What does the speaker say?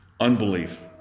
Unbelief